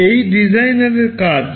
এটি ডিজাইনারের কাজ